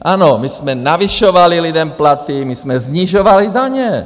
Ano, my jsme navyšovali lidem platy, my jsme snižovali daně.